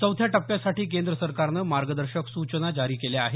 चौथ्या टप्प्यासाठी केंद्र सरकारनं मार्गदर्शक सुचना जारी केल्या आहेत